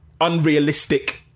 unrealistic